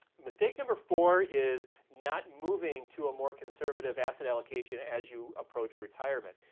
mistake number four is not moving to a more conservative asset allocation as you approach retirement.